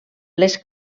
les